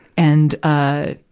and, ah,